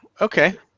Okay